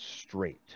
straight